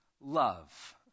love